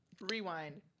Rewind